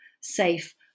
safe